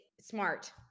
smart